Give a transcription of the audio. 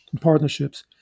partnerships